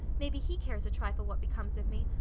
maybe he cares a trifle what becomes of me,